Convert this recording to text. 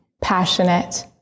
passionate